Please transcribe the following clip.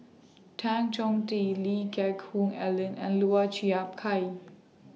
Tan Chong Tee Lee Geck Hoon Ellen and Lau Chiap Khai